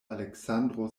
aleksandro